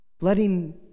letting